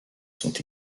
sont